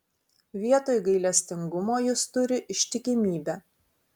vietoj gailestingumo jis turi ištikimybę